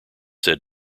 said